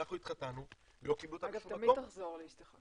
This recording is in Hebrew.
אנחנו התחתנו ולא קיבלו אותה לשום מקום.